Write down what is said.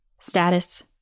Status